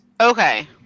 Okay